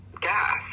gas